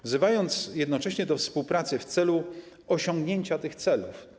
Wzywał jednocześnie do współpracy w celu osiągnięcia tych celów.